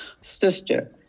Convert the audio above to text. sister